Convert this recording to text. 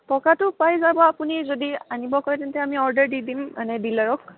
পকাটো পাই যাব আপুনি যদি আনিব কয় তেন্তে আমি অৰ্ডাৰ দি দিম মানে ডিলাৰক